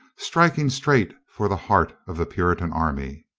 striking straight for the heart of the puritan army.